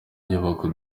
nyubako